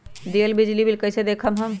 दियल बिजली बिल कइसे देखम हम?